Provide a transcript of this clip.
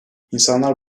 i̇nsanlar